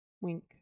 Wink